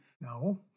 No